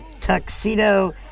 tuxedo